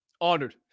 honored